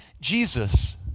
Jesus